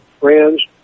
friends